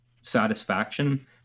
satisfaction